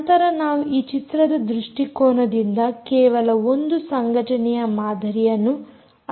ನಂತರ ನಾವು ಈ ಚಿತ್ರದ ದೃಷ್ಟಿಕೋನದಿಂದ ಕೇವಲ ಒಂದು ಸಂಘಟನೆಯ ಮಾದರಿಯನ್ನು ಅರ್ಥಮಾಡಿಕೊಳ್ಳೋಣ